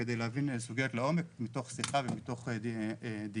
כדי להבין סוגיות לעומק מתוך שיחה ומתוך דיון.